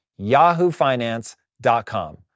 yahoofinance.com